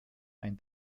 ein